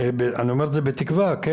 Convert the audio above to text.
יש מקום שנראה יותר תוכניות בוותמ"ל.